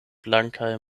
blankaj